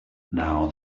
now